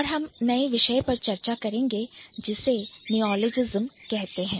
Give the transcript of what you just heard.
अब हम एक नए विषय पर चर्चा करेंगे जिसे Neologism कहते हैं